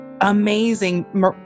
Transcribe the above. amazing